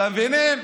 אתם מבינים?